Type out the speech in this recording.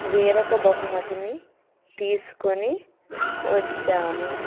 వేరొక బహుమతిని తీసుకొని వచ్చాను